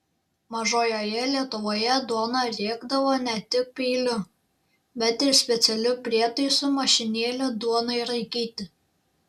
mažojoje lietuvoje duoną riekdavo ne tik peiliu bet ir specialiu prietaisu mašinėle duonai raikyti